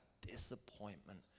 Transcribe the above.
disappointment